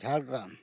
Jhargram